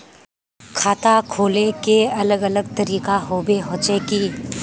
खाता खोले के अलग अलग तरीका होबे होचे की?